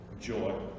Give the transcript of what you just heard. joy